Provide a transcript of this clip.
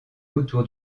autour